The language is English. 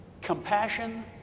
compassion